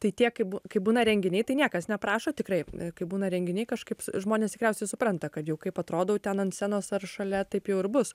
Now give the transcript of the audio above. tai tiek kaip kai būna renginiai tai niekas neprašo tikrai kai būna renginiai kažkaip žmonės tikriausiai supranta kad jau kaip atrodau ten ant scenos ar šalia taip jau ir bus